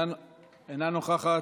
אינה נוכחת.